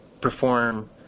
perform